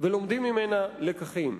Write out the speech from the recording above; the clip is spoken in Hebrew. ולומדים ממנה לקחים.